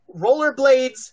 rollerblades